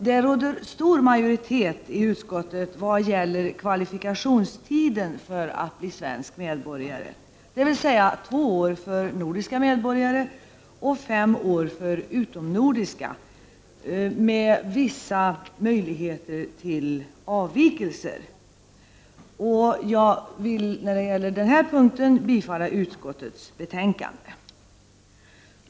Det råder stor majoritet i utskottet vad gäller kvalifikationstiden för att bli svensk medborgare, dvs. två år för nordiska medborgare och fem år för utomnordiska, med vissa möjligheter till avvikelser. Jag yrkar i den delen bifall till utskottets hemställan.